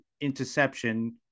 interception